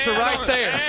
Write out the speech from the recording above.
right there.